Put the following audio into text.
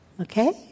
Okay